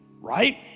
Right